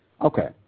Okay